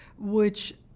which,